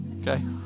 okay